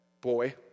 Boy